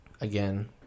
again